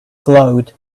glowed